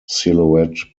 silhouette